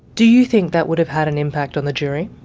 do you think that would have had an impact on the jury?